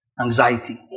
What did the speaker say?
anxiety